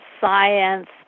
science